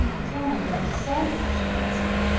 tell me what to say, she answered.